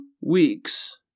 weeks